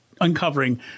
uncovering